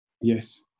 Yes